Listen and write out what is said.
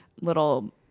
little